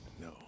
no